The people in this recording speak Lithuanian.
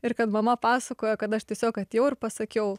ir kad mama pasakojo kad aš tiesiog atėjau ir pasakiau